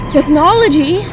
Technology